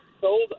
sold